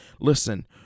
Listen